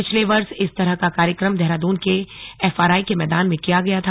पिछले वर्ष इस तरह का कार्यक्रम देहरादून के एफआरआई के मैदान में किया गया था